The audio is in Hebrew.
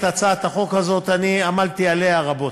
הצעת החוק הזאת, אני עמלתי עליה רבות.